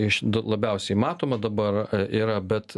iš labiausiai matoma dabar yra bet